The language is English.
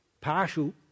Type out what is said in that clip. Partial